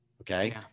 Okay